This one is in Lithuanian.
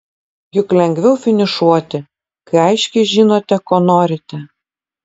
juk lengviau finišuoti kai aiškiai žinote ko norite